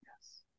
Yes